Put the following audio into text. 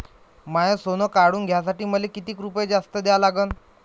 माय सोनं काढून घ्यासाठी मले कितीक रुपये जास्त द्या लागन?